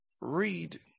read